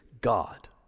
God